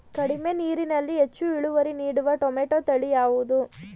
ಕಡಿಮೆ ನೀರಿನಲ್ಲಿ ಹೆಚ್ಚು ಇಳುವರಿ ನೀಡುವ ಟೊಮ್ಯಾಟೋ ತಳಿ ಯಾವುದು?